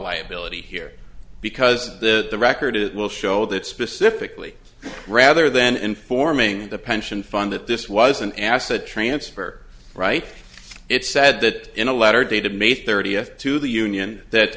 liability here because the record it will show that specifically rather than informing the pension fund that this was an asset transfer right it's said that in a letter dated may thirtieth to the union that